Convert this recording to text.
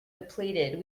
depleted